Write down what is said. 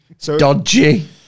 dodgy